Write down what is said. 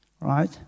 right